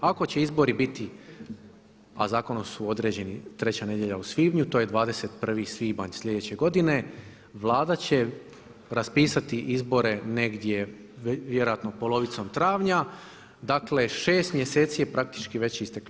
Ako će izbori biti, a zakonom su određeni treća nedjelja u svibnju to je 21. svibanj sljedeće godine, Vlada će raspisati izbore negdje vjerojatno polovicom travnja, dakle šest mjeseci je praktički već isteklo.